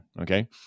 Okay